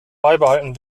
beibehalten